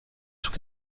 sous